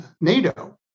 NATO